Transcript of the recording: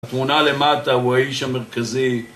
בתמונה למטה הוא האיש המרכזי